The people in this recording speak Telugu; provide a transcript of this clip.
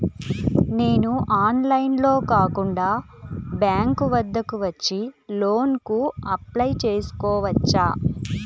నేను ఆన్లైన్లో కాకుండా బ్యాంక్ వద్దకు వచ్చి లోన్ కు అప్లై చేసుకోవచ్చా?